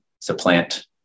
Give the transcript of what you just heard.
supplant